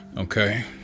okay